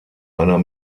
einer